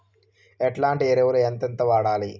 ఎట్లాంటి ఎరువులు ఎంతెంత వాడాలి?